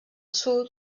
sud